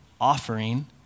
offering